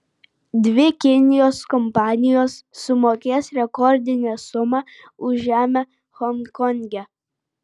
dvi kinijos kompanijos sumokės rekordinę sumą už žemę honkonge